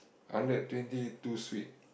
hundred twenty too sweet